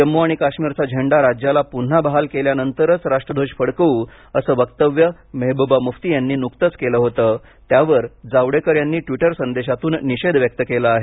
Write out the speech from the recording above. जम्मू आणि काश्मीरचा झेंडा राज्याला पुन्हा बहाल केल्यानंतरच राष्ट्रध्वज फडकवू असं वक्तव्य मेहबूबा मुफ्ती यांनी नुकतंच केलं होतं त्यावर जावडेकर यांनी ट्वीटर संदेशातून निषेध व्यक्त केला आहे